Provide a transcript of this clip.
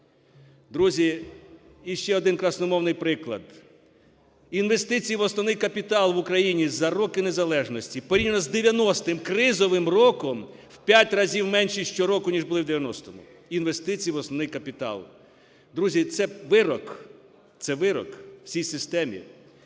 Друзі, і ще один красномовний приклад. Інвестиції в уставний капітал в Україні за роки незалежності, порівняно з 90-м кризовим роком в 5 разів менше щороку, ніж були в 90-му, інвестиції в основний капітал. Друзі, це вирок, це вирок всій системі.